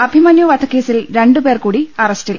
അഭിമന്യു വധക്കേസിൽ രണ്ടുപേർകൂടി അറസ്റ്റിൽ